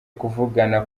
kuvugana